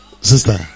sister